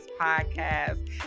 podcast